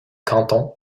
canton